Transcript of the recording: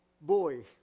boy